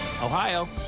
Ohio